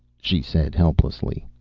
she said helplessly.